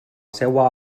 seua